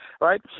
right